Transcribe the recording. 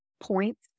points